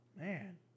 Man